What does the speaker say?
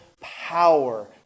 power